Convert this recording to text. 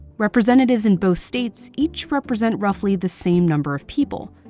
representatives in both states each represent roughly the same number of people.